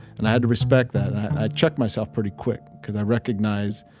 and i had to respect that. i checked myself pretty quick cause i recognize,